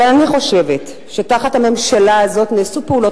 אבל אני חושבת שתחת הממשלה הזאת נעשו פעולות